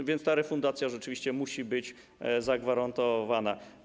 A więc ta refundacja rzeczywiście musi być zagwarantowana.